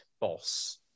boss